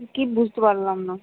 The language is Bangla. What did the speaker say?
কি বুঝতে পারলাম না